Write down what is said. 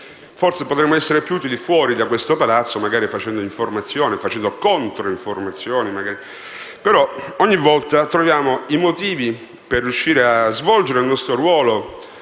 Forse potremmo essere più utili fuori da questo palazzo, magari facendo informazione o controinformazione. Però ogni volta troviamo i motivi per riuscire a svolgere il nostro ruolo